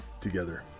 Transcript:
together